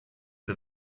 the